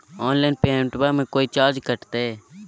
Online पेमेंटबां मे कोइ चार्ज कटते?